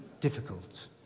difficult